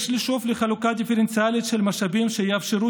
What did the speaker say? יש לשאוף לחלקה דיפרנציאלית של משאבים שיאפשרו